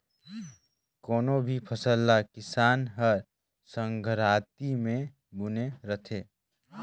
कोनो भी फसल ल किसान हर संघराती मे बूने रहथे